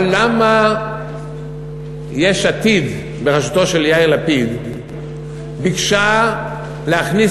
אבל למה יש עתיד בראשותו של יאיר לפיד ביקשה להכניס